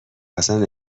اصلن